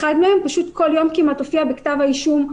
אחד מהם פשוט הופיע כל יום כמעט בכתב האישום.